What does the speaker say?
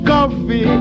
Coffee